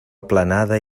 aplanada